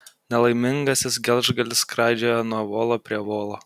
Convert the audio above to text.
nelaimingasis gelžgalis skraidžioja nuo volo prie volo